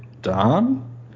Don